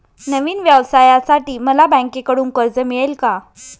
नवीन व्यवसायासाठी मला बँकेकडून कर्ज मिळेल का?